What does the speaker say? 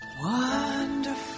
Wonderful